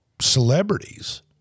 celebrities